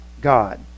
God